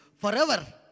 forever